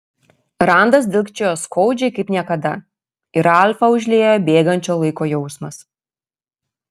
randas dilgčiojo skaudžiai kaip niekada ir ralfą užliejo bėgančio laiko jausmas